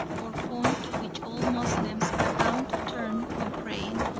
or point to which all moslems are bound to turn when praying,